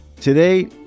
Today